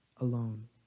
alone